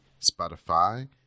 Spotify